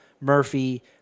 Murphy